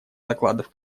докладов